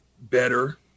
better